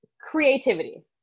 Creativity